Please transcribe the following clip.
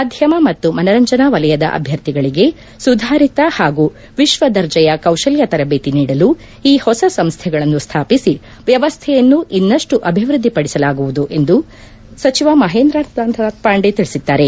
ಮಾಧ್ಯಮ ಮತ್ತು ಮನರಂಜನಾ ವಲಯದ ಅಭ್ಯರ್ಥಿಗಳಿಗೆ ಸುಧಾರಿತ ಹಾಗೂ ವಿಶ್ವದರ್ಜೆಯ ಕೌಶಲ್ಯ ತರಬೇತಿ ನೀಡಲು ಈ ಹೊಸ ಸಂಸ್ಟೆಗಳನ್ನು ಸ್ಥಾಪಿಸಿ ವ್ಯವಸ್ಥೆಯನ್ನು ಇನ್ನಷ್ಟು ಅಭಿವೃದ್ದಿ ಪಡಿಸಲಾಗುವುದು ಎಂದು ಸಚಿವ ಮಹೇಂದ್ರನಾಥ್ ಪಾಂಡೆ ತಿಳಿಸಿದ್ದಾರೆ